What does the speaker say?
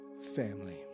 family